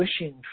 wishing